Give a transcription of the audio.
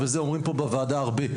ואומרים פה בוועדה שכל ילד הוא מיוחד,